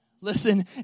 Listen